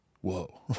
whoa